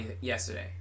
Yesterday